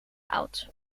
oud